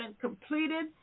completed